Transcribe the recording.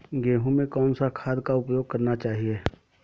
गेहूँ में कौन सा खाद का उपयोग करना चाहिए?